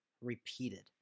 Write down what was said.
repeated